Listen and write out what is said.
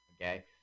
okay